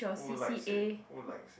who likes it who likes it